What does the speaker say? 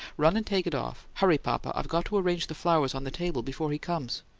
run and take it off. hurry, papa i've got to arrange the flowers on the table before he comes.